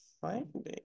finding